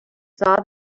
saw